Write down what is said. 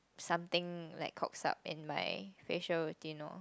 something like cocks up in my facial routine lor